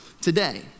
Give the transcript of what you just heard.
today